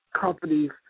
companies